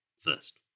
first